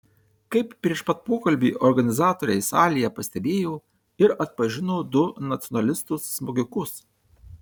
kaip prieš pat pokalbį organizatoriai salėje pastebėjo ir atpažino du nacionalistus smogikus